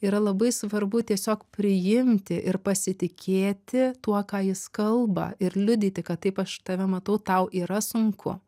yra labai svarbu tiesiog priimti ir pasitikėti tuo ką jis kalba ir liudyti kad taip aš tave matau tau yra sunku